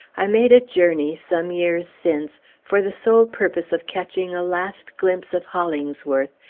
i made a journey, some years since, for the sole purpose of catching a last glimpse of hollingsworth,